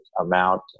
amount